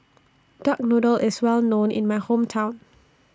Duck Noodle IS Well known in My Hometown